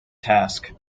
task